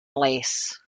less